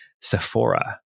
Sephora